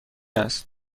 است